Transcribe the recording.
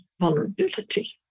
vulnerability